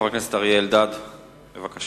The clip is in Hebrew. חבר הכנסת אריה אלדד, בבקשה.